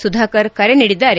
ಸುಧಾಕರ್ ಕರೆ ನೀಡಿದ್ದಾರೆ